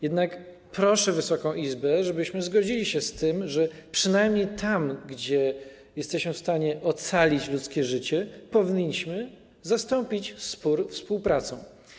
Jednak proszę Wysoką Izbę, żebyśmy zgodzili się z tym, że przynajmniej tam, gdzie jesteśmy w stanie ocalić ludzkie życie, powinniśmy zastąpić spór współpracą.